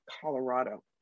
Colorado